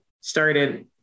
started